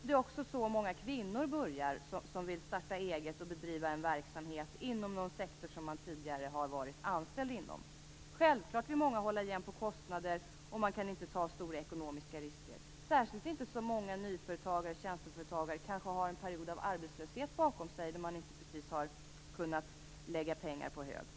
Det är också på det sättet som många kvinnor börjar, vilka vill starta eget och bedriva en verksamhet inom någon sektor där man tidigare har varit anställd. Självfallet vill många hålla igen på kostnader. De kan inte ta stora ekonomiska risker, särskilt inte de många nyföretagare och tjänsteföretagare som kanske har en period av arbetslöshet bakom sig och inte precis har kunnat lägga pengar på hög.